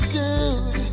good